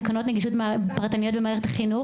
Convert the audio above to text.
תקנות נגישות פרטנית במערכת החינוך.